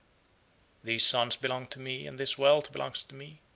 these sons belong to me, and this wealth belongs to me,